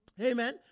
Amen